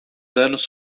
anos